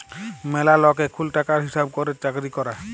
ম্যালা লক এখুল টাকার হিসাব ক্যরের চাকরি ক্যরে